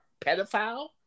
pedophile